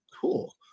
cool